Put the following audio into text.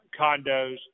condos